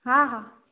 ହଁ ହଁ